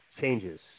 Changes